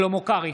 שלמה קרעי,